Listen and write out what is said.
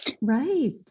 Right